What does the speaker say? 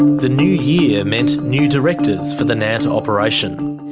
the new year meant new directors for the nant operation.